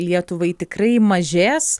lietuvai tikrai mažės